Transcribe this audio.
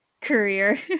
career